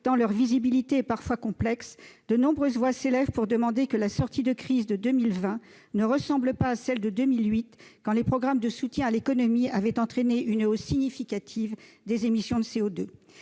entreprises et les salariés, de nombreuses voix s'élèvent pour demander que la sortie de crise de 2020 ne ressemble pas à celle de 2008, quand les programmes de soutien à l'économie avaient entraîné une hausse significative des émissions de CO2.